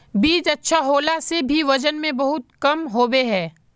बीज अच्छा होला से भी वजन में बहुत कम होबे है?